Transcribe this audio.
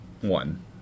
One